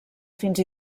fins